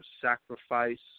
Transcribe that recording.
sacrifice